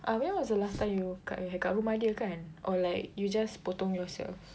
ah when was the last time you cut your hair kat rumah dia kan or like you just potong yourself